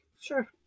sure